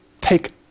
take